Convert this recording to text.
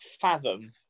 fathom